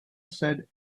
said